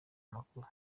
amakuru